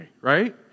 right